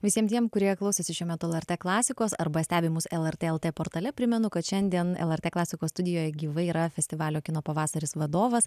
visiem tiem kurie klausėsi šiuo metu lrt klasikos arba stebi mus lrt lt portale primenu kad šiandien lrt klasikos studijoj gyvai yra festivalio kino pavasaris vadovas